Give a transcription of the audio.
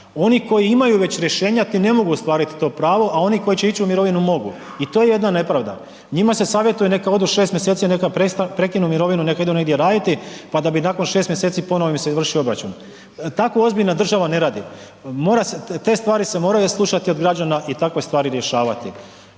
oni koji imaju već rješenja ti ne mogu ostvariti to pravo, a oni koji će ići u mirovinu mogu. I to je jedna nepravda. Njima se savjetuje neka odu šest mjeseci, neka prekinu mirovinu neka idu negdje raditi pa da bi nakon šest mjeseci ponovo im se izvršio obračun. Tako ozbiljna država ne radi. Te stvari se moraju slušati od građana i takve stvari rješavati.